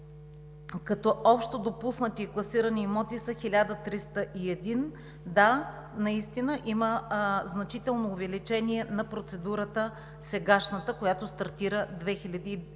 като общо допуснати и класирани имоти са 1301. Да, наистина има значително увеличение на сегашната процедура, която стартира в